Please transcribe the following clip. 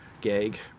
gag